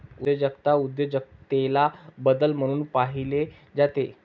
उद्योजकता उद्योजकतेला बदल म्हणून पाहिले जाते